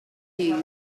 views